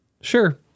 sure